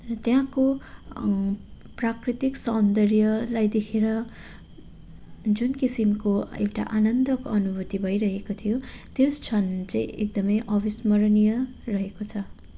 र त्यहाँको प्राकृतिक सौन्दर्यलाई देखेर जुन किसिमको एउटा आनन्दको अनुभूति भइरहेको थियो त्यस क्षण चाहिँ एकदमै अविस्मरणीय रहेको छ